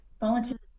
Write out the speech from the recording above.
volunteer